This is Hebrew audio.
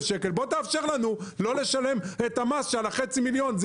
₪; בוא ותאפשר לנו לא לשלם את המס על חצי המיליון,